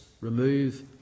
remove